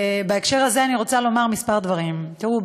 בהקשר הזה אני רוצה לומר כמה דברים: תראו,